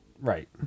Right